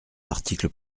l’article